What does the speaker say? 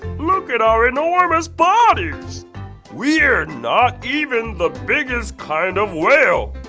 look at our enormous body! we're not even the biggest kind of whale!